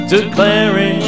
Declaring